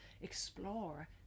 explore